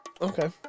Okay